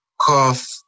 cough